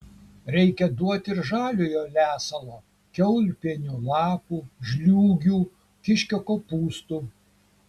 reikia duoti ir žaliojo lesalo kiaulpienių lapų žliūgių kiškio kopūstų